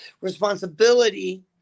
responsibility